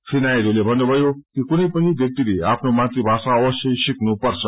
री नायडूले भन्नुभयो कि कुनै पनि व्याक्तिले आफ्नो मातृभाषा अवश्यै सिक्नुपर्छ